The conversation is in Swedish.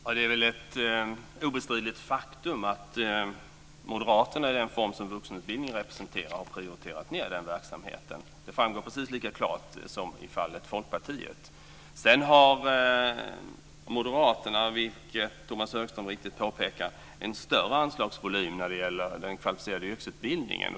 Fru talman! Det är ett obestridligt faktum att moderaterna har prioriterat ned vuxenutbildningen. Det framgår precis lika klart som i fallet Folkpartiet. Sedan har moderaterna, vilket Tomas Högström mycket riktigt påpekade, en större anslagsvolym för den kvalificerade yrkesutbildningen.